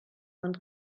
von